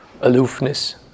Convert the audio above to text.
aloofness